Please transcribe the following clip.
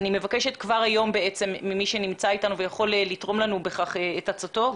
אני מבקשת כבר היום ממי שנמצא אתנו ויכול לתרום לנו בכך את עצתו,